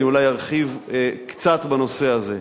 אני אולי ארחיב קצת בנושא הזה.